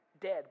dead